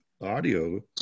audio